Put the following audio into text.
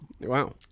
Wow